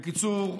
בקיצור,